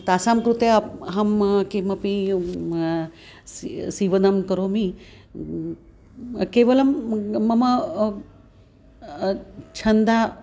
तासां कृते अपि अहं किमपि सीवनं सीवनं करोमि केवलं मम छन्दः